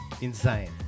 Insane